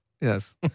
Yes